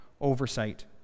oversight